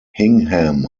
hingham